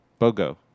Bogo